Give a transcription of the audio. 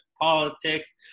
politics